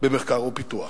במחקר ופיתוח.